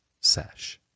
sesh